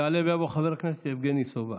יעלה ויבוא חבר הכנסת יבגני סובה.